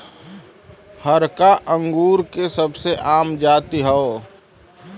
हरका अंगूर के सबसे आम जाति हौ